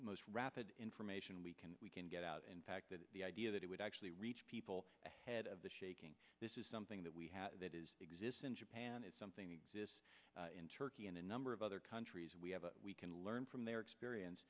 most rapid information we can we can get out in fact that the idea that it would actually reach people ahead of the shaking this is something that we have that is exists in japan is something in turkey and a number of other countries we have we can learn from their experience